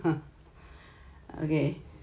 okay